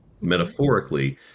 metaphorically